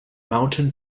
mountain